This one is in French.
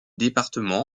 département